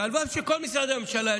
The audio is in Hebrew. הלוואי שכל משרדי הממשלה,